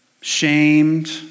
shamed